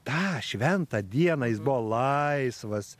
tą šventą dieną jis buvo laisvas